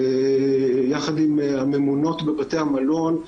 יחד עם הממונות בבתי המלון,